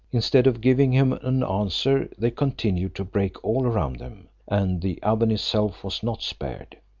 instead of giving him an answer, they continued to break all round them, and the oven itself was not spared.